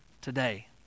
today